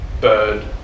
bird